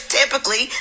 typically